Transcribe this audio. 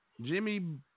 Jimmy